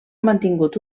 mantingut